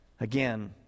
again